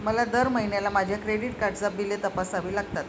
मला दर महिन्याला माझ्या क्रेडिट कार्डची बिले तपासावी लागतात